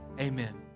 Amen